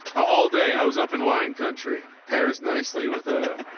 all day i was up in wine country, paris, nicely with a,